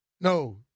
No